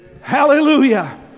Hallelujah